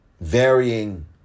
varying